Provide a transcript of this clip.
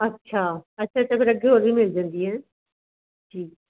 ਅੱਛਾ ਅੱਛਾ ਅੱਛਾ ਫਿਰ ਅੱਗੇ ਹੋਰ ਵੀ ਮਿਲ ਜਾਂਦੀ ਹੈ ਠੀਕ